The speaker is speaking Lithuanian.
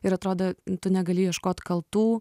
ir atrodo tu negali ieškot kaltų